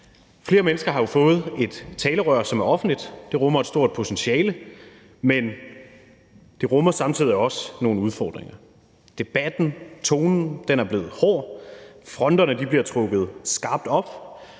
Flere mennesker har fået et talerør, som er offentligt. Det rummer et stort potentiale, men det rummer samtidig også nogle udfordringer. Debatten, tonen er blevet hård, fronterne bliver trukket skarpt op,